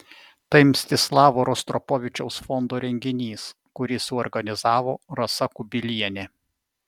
tai mstislavo rostropovičiaus fondo renginys kurį suorganizavo rasa kubilienė